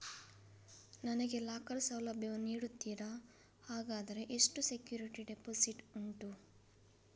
ನನಗೆ ಲಾಕರ್ ಸೌಲಭ್ಯ ವನ್ನು ನೀಡುತ್ತೀರಾ, ಹಾಗಾದರೆ ಎಷ್ಟು ಸೆಕ್ಯೂರಿಟಿ ಡೆಪೋಸಿಟ್ ಉಂಟು?